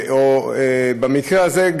במקרה הזה,